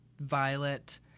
Violet